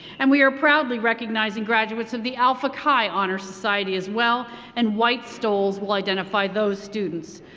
and we are proudly recognizing graduates of the alpha chi honor society as well and white stoles will identify those students.